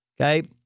Okay